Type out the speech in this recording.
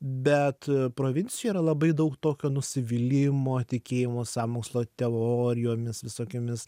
bet provincijoj yra labai daug tokio nusivylimo tikėjimo sąmokslo teorijomis visokiomis